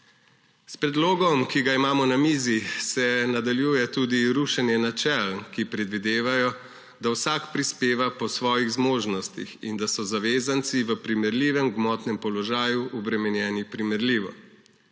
S predlogom, ki ga imamo na mizi, se nadaljuje tudi rušenje načel, ki predvidevajo, da vsak prispeva po svojih zmožnostih in da so zavezanci v primerljivem gmotnem položaju obremenjeni primerljivo.